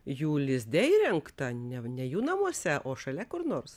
jų lizde įrengta ne ne jų namuose o šalia kur nors